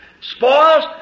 spoils